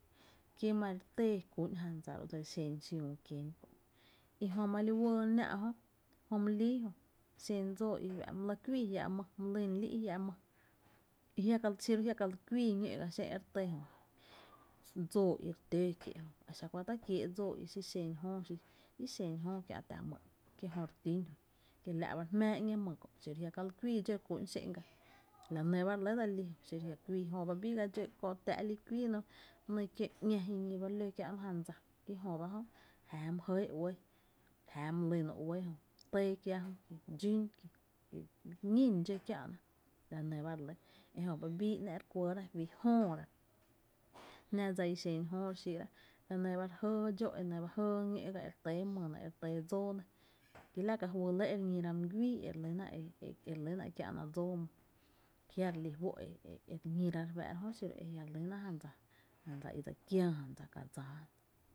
Ki la ma li téé kú’n jan dsa dse li xen xiüü kien i jö ma li wee nⱥⱥ’ jö xen dsóó i fá’ my lɇ kuii jia’ my my lýn li’n jia’ my i xiro a jia’ ka li kuii ñó’ ga e re tɇɇ jö dsoo i re tǿǿ kie’ jö e xa kuanta kiéé’ dsoo i i xen jöö xi i xen jöö kiä’ tⱥⱥ my i ki jö re tün kiela’ ba re jmaa ñee my kö’ xi jia’ ka li kuii dxó kú’n xen’ ga, la nɇ ba re lɇ dse li xiro’ e jia’ kuii kú’, jö ba jö bii ga dxó köö táá’ ‘ny, kiö, ‘ña jiñi ba ló kiä’no jan dsa, ki jö ba jö jáá my jɇɇ uɇɇ, jáa my lyno uɇɇ e retɇɇ kiáá jö ki dxún ki re ñín kiä’na la nɇ ba re lɇ, e jö ba bii ‘nⱥ’ re kuɇɇra fí jööra jná dsa i xen jöö re xíí’ra e nɇ ba jɇɇ dxóo’ e ñó’ ga e re tɇɇ my nɇ, e re tɇɇ dsóó nɇ ki la ka fý lɇ e re ñiga my güii e relyna e e re lyna e kiä’na dsóó my nɇ, a jia re lí fó’ e re ñíra re fáá’ra jö, xiro’ a jia’ re lyna jan dsa, jan dsa i dse kiää dsa, jandsa ká dsáá.